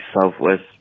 Southwest